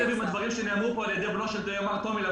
לא ברור מאיפה הגיעו הדברים שנאמרו פה על ידי בנו של טומי לפיד.